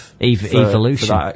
Evolution